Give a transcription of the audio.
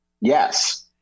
Yes